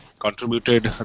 contributed